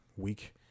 week